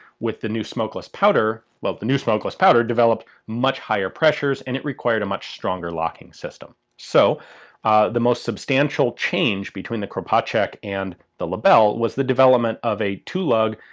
with the new smokeless powder. the new smokeless powder developed much higher pressures and it required a much stronger locking system, so the most substantial change between the kropatschek and the lebel was the development of a two lug.